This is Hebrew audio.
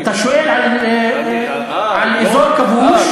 אתה שואל על אזור כבוש,